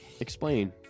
explain